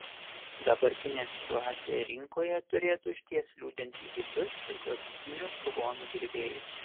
dabartinė situacija rinkoje turėtų išties liūdinti hipius ir klasikinių furgonų gerbėjus